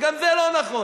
וגם זה לא נכון.